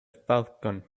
falcon